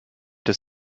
das